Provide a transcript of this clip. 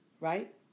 right